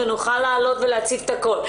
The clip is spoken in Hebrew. ונוכל להעלות ולהציף את הכל.